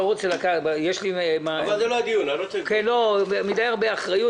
יש לי מדי הרבה אחריות,